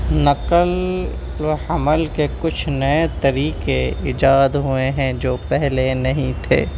نقل و حمل کے کچھ نئے طریقے ایجاد ہوئے ہیں جو پہلے نہیں تھے